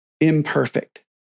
imperfect